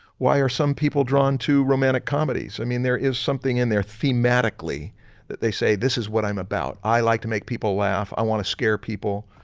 why are some people drawn to romantic comedies? i mean, there is something in their thematically that they say this is what i'm about, i like to make people laugh, i want to scare people.